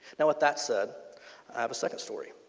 with that said i have a second story.